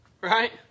right